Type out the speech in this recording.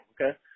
okay